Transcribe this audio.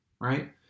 right